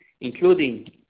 including